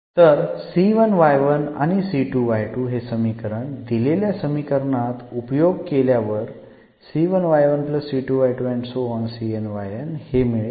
तर हे समीकरण दिलेल्या समीकरणात उपयोग केल्यावर हे मिळेल